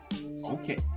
Okay